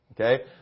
Okay